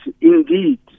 indeed